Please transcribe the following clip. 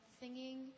singing